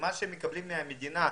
שמה שמקבלים מהמדינה,